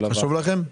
חשוב לכם?